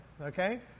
okay